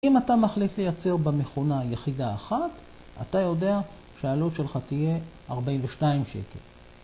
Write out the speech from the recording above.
אם אתה מחליט לייצר במכונה יחידה אחת, אתה יודע שהעלות שלך תהיה 42 שקל.